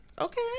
okay